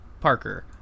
Parker